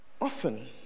often